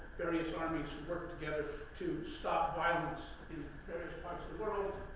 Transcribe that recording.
various armies who work together to stop violence in various parts of the world.